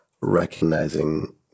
recognizing